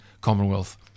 Commonwealth